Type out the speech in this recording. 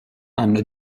hanno